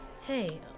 Hey